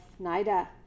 NIDA